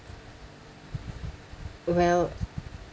well